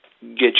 get